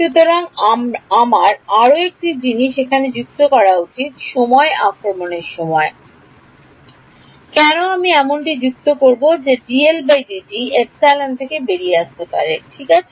সুতরাং আমার আরও একটি জিনিস এখানে যুক্ত করা উচিত সময় আক্রমণের সময় হবে কেন আমি এমনটি যুক্ত করব যে dl dt ε থেকে বেরিয়ে আসতে পারে ঠিক আছে